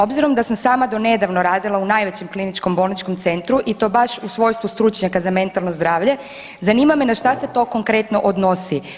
Obzirom da sam sama donedavno radila u najvećem kliničkom bolničkom centru i to baš u svojstvu stručnjaka za mentalno zdravlje, zanima me na šta se to konkretno odnosi?